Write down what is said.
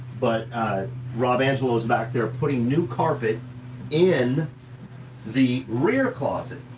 but rob angelo's back there putting new carpet in the rear closet,